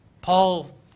Paul